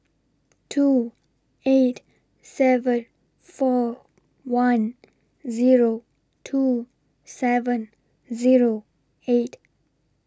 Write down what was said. two eight seven four one Zero two seven Zero eight